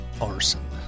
arson